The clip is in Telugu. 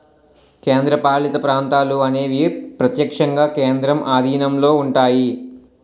కేంద్రపాలిత ప్రాంతాలు అనేవి ప్రత్యక్షంగా కేంద్రం ఆధీనంలో ఉంటాయి